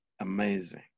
Amazing